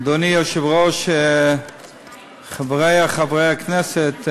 אדוני היושב-ראש, חברי חברי הכנסת,